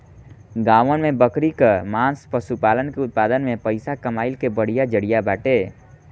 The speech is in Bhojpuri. गांवन में बकरी कअ मांस पशुपालन के उत्पादन में पइसा कमइला के बढ़िया जरिया बाटे